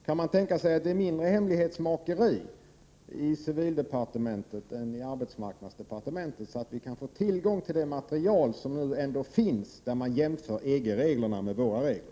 Kan det tänkas vara mindre hemlighetsmakeri i civildepartementet än i arbetsmarknadsdepartementet, så att vi kan få tillgång till det material som ändå finns och i vilket man jämför EG-reglerna med våra regler?